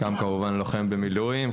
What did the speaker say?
גם כמובן לוחם במילואים.